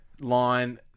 line